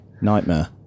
Nightmare